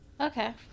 Okay